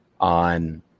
on